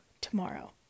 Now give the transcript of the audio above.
tomorrow